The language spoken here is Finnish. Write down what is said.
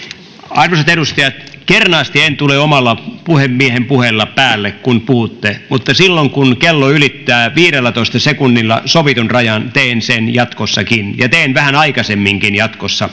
arvoisat edustajat kernaasti en tule omalla puhemiehen puheella päälle kun puhutte mutta silloin kun kello ylittää viidellätoista sekunnilla sovitun rajan teen sen jatkossakin ja teen vähän aikaisemminkin jatkossa